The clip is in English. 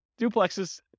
duplexes